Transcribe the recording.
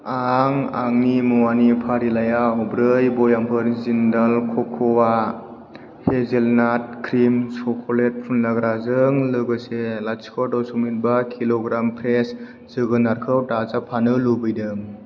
आं आंनि मुवानि फारिलाइयाव ब्रै बयामफोर जिन्डाल कक'आ हेजेलनाट क्रिम चक'लेट फुनलाग्राजों लोगोसे लाथिख' दशमिक बा किल'ग्राम फ्रेश जोगोनारखौ दाजाबफानो लुबैदों